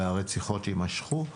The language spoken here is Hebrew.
והרציחות יימשכו,